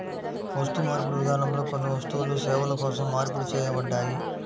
వస్తుమార్పిడి విధానంలో కొన్ని వస్తువులు సేవల కోసం మార్పిడి చేయబడ్డాయి